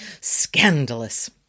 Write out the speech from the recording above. Scandalous